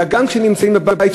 אלא גם כשנמצאים בבית,